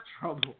trouble